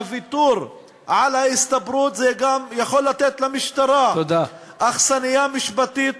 הוויתור על ההסתברות גם יכול לתת למשטרה אכסניה משפטית